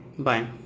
bye,